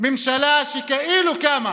ממשלה שכאילו קמה